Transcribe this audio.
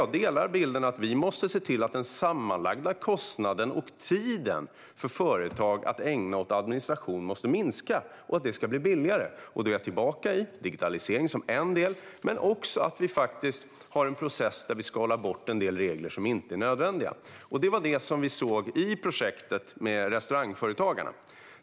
Jag håller med om att vi måste se till att den sammanlagda kostnaden och tiden som företag ägnar åt administration minskar. Då är digitalisering en del, men vi bör också ha en process där vi skalar bort vissa regler som inte är nödvändiga. Det var detta som vi såg i projektet med restaurangföretagarna.